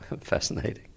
fascinating